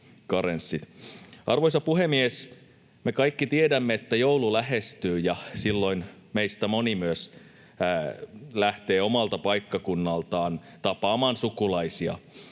Arvoisa puhemies! Me kaikki tiedämme, että joulu lähestyy, ja silloin meistä moni lähtee omalta paikkakunnaltaan tapaamaan sukulaisia.